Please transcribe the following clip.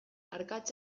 arkatz